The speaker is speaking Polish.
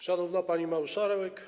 Szanowna Pani Marszałek!